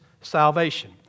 salvation